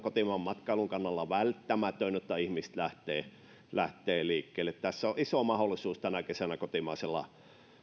kotimaanmatkailun kannalta välttämätöntä jotta ihmiset lähtevät liikkeelle tässä on iso mahdollisuus tänä kesänä kotimaisella